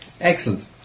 excellent